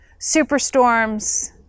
superstorms